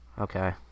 okay